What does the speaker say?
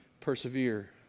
persevere